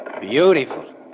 Beautiful